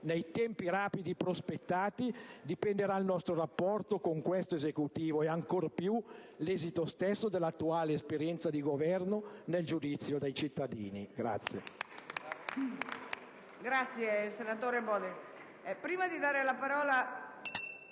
nei tempi rapidi prospettati, dipenderà il nostro rapporto con questo Esecutivo e, ancor più, l'esito stesso dell'attuale esperienza di governo nel giudizio dei cittadini.